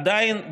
עדיין,